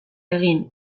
egin